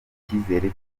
icyizere